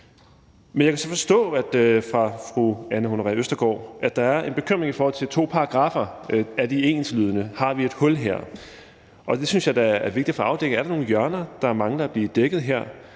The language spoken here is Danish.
Men jeg kan så forstå på fru Anne Honoré Østergaard, at der er en bekymring i forhold til to paragraffer: Er de enslydende? Har vi et hul her? Jeg synes da, det er vigtigt at få afdækket, om der er nogle hjørner, der mangler at blive dækket her;